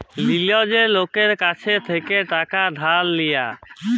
লীজের লকের কাছ থ্যাইকে টাকা ধার লিয়া